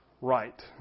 right